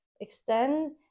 extend